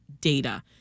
data